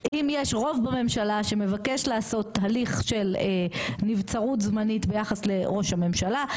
אם יש רוב בממשלה שמבקש לעשות תהליך של נבצרות זמנית ביחס לראש הממשלה,